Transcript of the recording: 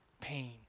pain